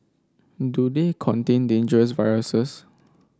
do they contain dangerous viruses